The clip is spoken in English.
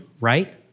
right